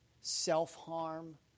self-harm